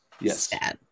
Yes